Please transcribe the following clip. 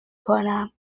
کنم